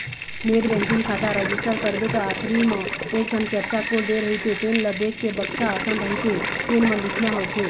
net banking खाता register करबे त आखरी म एकठन कैप्चा कोड दे रहिथे तेन ल देखके बक्सा असन रहिथे तेन म लिखना होथे